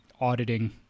auditing